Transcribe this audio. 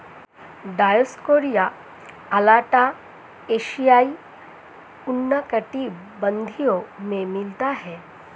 Dioscorea alata एशियाई उष्णकटिबंधीय में मिलता है